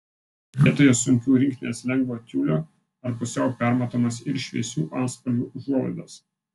vietoje sunkių rinkitės lengvo tiulio ar pusiau permatomas ir šviesių atspalvių užuolaidas